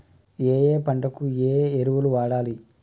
ఏయే పంటకు ఏ ఎరువులు వాడాలి?